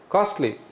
Costly